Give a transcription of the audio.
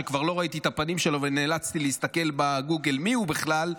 כבר לא ראיתי את הפנים שלו ונאלצתי להסתכל בגוגל מיהו בכלל,